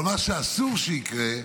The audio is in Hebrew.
אבל מה אסור שיקרה,